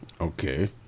Okay